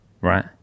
right